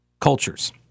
cultures